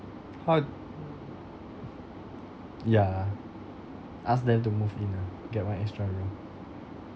how yeah ask them to move in ah get one extra room